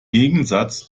gegensatz